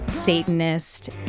satanist